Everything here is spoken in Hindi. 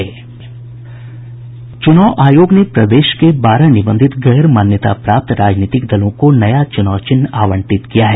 चुनाव आयोग ने प्रदेश के बारह निबंधित गैर मान्यता प्राप्त राजनीतिक दलों को नया चुनाव चिन्ह आवंटित किया है